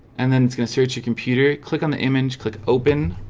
and then it's gonna search your computer. click on the image click open